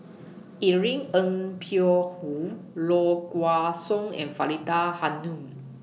Irene Ng Phek Hoong Low Kway Song and Faridah Hanum